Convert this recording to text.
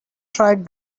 tried